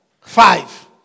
Five